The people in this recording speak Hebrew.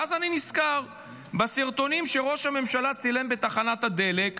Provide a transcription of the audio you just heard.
ואז אני נזכר בסרטונים שראש הממשלה צילם בתחנת הדלק ואמר: